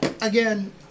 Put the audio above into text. again